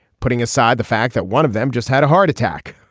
putting aside the fact that one of them just had a heart attack.